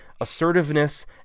assertiveness